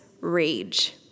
rage